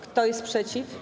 Kto jest przeciw?